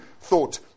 thought